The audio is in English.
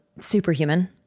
Superhuman